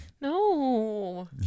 No